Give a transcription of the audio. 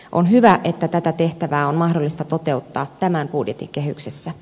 on hyvä että tätä tehtävää on mahdollista toteuttaa tämän budjetin kehyksessä